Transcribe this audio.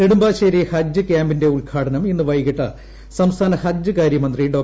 നെടുമ്പാശ്ശേരി ഹജ്ജ് ക്യാമ്പിന്റെ ഉദ്ഘാടനം ഇന്ന് വൈകിട്ട് സംസ്ഥാന ഹജ്ജ് കാര്യമന്ത്രി ഡോ